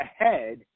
ahead